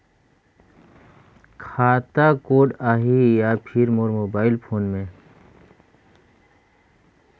खाता कोड आही या फिर मोर मोबाइल फोन मे?